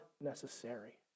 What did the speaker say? necessary